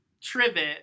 trivet